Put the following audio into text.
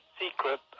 secret